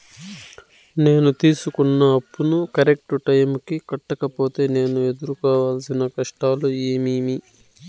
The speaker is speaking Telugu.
నేను తీసుకున్న అప్పును కరెక్టు టైముకి కట్టకపోతే నేను ఎదురుకోవాల్సిన కష్టాలు ఏమీమి?